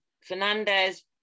Fernandez